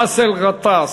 באסל גטאס.